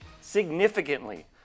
significantly